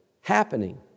happening